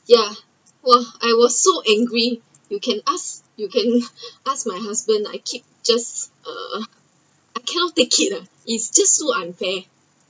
ya !wah! I was so angry you can ask you you can ask my husband I keep just uh I cannot take it ah it’s just so unfair